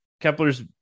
Kepler's